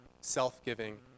self-giving